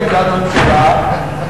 ואז הם לקחו את חברי האיגודים המקצועיים,